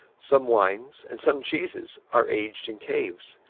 some wines and some cheeses are aged in caves,